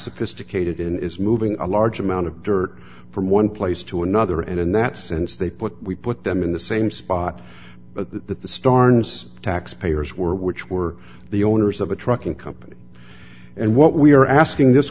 sophisticated in is moving a large amount of dirt from one place to another and in that sense they put we put them in the same spot but that that the starnes tax payers were which were the owners of a trucking company and what we are asking this